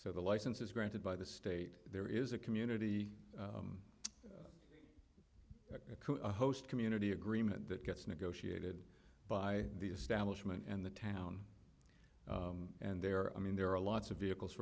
so the license is granted by the state there is a community cohost community agreement that gets negotiated by the establishment and the town and there i mean there are lots of vehicles